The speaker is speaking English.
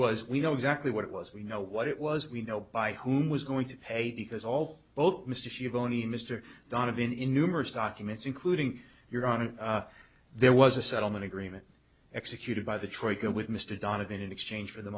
was we know exactly what it was we know what it was we know by whom was going to pay because all both mr shivani mr donovan in numerous documents including your honor there was a settlement agreement executed by the troika with mr donovan in exchange for the